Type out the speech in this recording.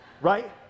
Right